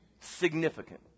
Significant